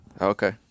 okay